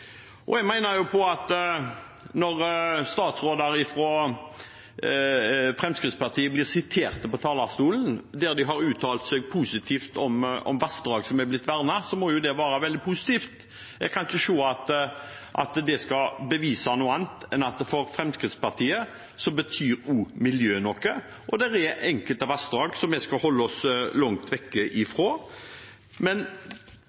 Jeg mener at når man her på talerstolen siterer tidligere statsråder fra Fremskrittspartiet, når de har uttalt seg positivt om vassdrag som er blitt vernet, må jo det være veldig positivt. Jeg kan ikke se at det skal bevise noe annet enn at for Fremskrittspartiet betyr også miljø noe. Det er enkelte vassdrag vi skal holde oss langt borte fra. Men